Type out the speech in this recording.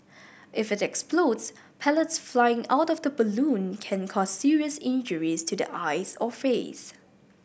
if it explodes pellets flying out of the balloon can cause serious injuries to the eyes or face